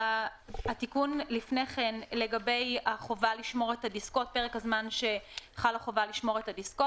התיקון לפני כן לגבי פרק הזמן שחלה חובה לשמור את הדיסקות,